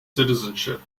citizenship